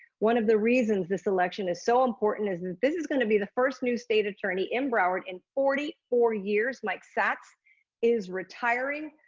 one of the reasons this election is so important is that and this is gonna be the first new state attorney in broward in forty four years. mike satz is retiring.